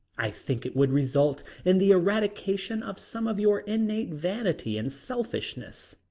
i think it would result in the eradication of some of your innate vanity and selfishness,